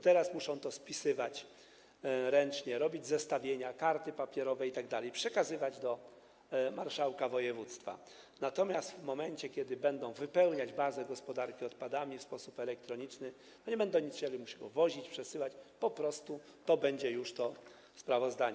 Teraz muszą to spisywać ręcznie, robić zestawienia, karty papierowe itd., przekazywać do marszałka województwa, natomiast w momencie, kiedy będą wypełniać bazę gospodarki odpadami w sposób elektroniczny, nie będą musieli niczego wozić, przesyłać, po prostu będzie już to sprawozdanie.